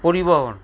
পরিবহন